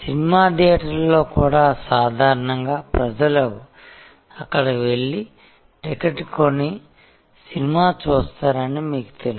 cinema థియేటర్లో కూడా సాధారణంగా ప్రజలు అక్కడకు వెళ్లి టికెట్ కొని సినిమా చూస్తారని మీకు తెలుసు